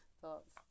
thoughts